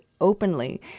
openly